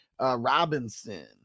Robinson